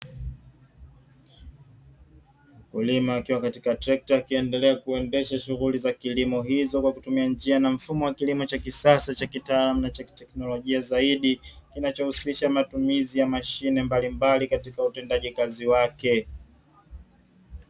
Mkulima akiwa katika trekta akiendelea kuendesha shughuli za kilimo hizo kwa kutumia njia za mfumo wa kisasa, cha kitaalamu na cha kiteknolojia zaidi kinacho husisha matumizi ya mashine mbalimbali katika utendaji kazi wake.